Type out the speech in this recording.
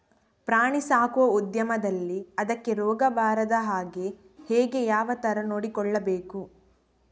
ಪ್ರಾಣಿ ಸಾಕುವ ಉದ್ಯಮದಲ್ಲಿ ಅದಕ್ಕೆ ರೋಗ ಬಾರದ ಹಾಗೆ ಹೇಗೆ ಯಾವ ತರ ನೋಡಿಕೊಳ್ಳಬೇಕು?